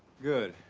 good.